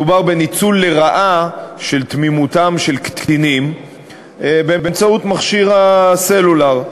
מדובר בניצול לרעה של תמימותם של קטינים באמצעות מכשיר הסלולר.